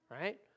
right